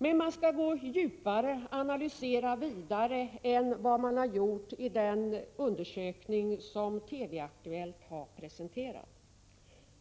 Men man skall gå djupare och analysera vidare än vad som skett i den undersökning som TV-Aktuellt har presenterat.